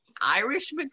Irish